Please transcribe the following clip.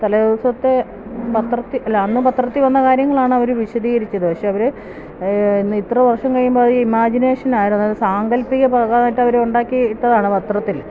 തലേ ദിവസത്തെ പത്രത്തില് അല്ല അന്ന് പത്രത്തില് വന്ന കാര്യങ്ങളാണ് അവര് വിശദീകരിച്ചത് പക്ഷേ അവര് ഇത്ര വർഷം കഴിയുമ്പോള് അതൊരു ഇമാജിനേഷന് ആയിരുന്നു അത് സാങ്കല്പികമായിട്ട് അവരുണ്ടാക്കി ഇട്ടതാണ് പത്രത്തിൽ